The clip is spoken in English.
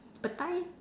petai